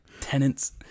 Tenants